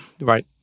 Right